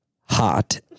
hot